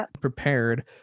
prepared